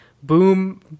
Boom